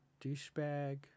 Douchebag